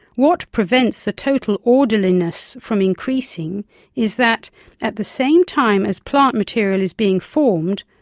what prevents the total orderliness from increasing is that at the same time as plant material is being formed,